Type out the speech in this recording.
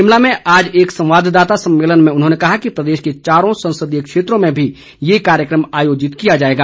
शिमला में आज एक संवाददाता सम्मेलन में उन्होंने कहा कि प्रदेश के चारों संसदीय क्षेत्रों में भी यह कार्यक्रम आयोजित किया जाएगा